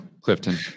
Clifton